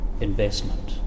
investment